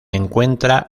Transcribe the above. encuentra